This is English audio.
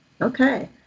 Okay